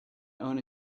own